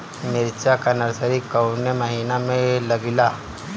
मिरचा का नर्सरी कौने महीना में लागिला?